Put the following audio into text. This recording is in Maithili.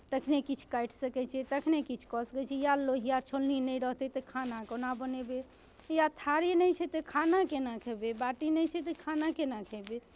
तखने किछु काटि सकै छियै तखने किछु कऽ सकै छियै या लोहिया छोलनी नहि रहतै तऽ खाना कोना बनेबै या थारी नहि छै तऽ खाना केना खेबै बाटी नहि छै तऽ खाना केना खेबै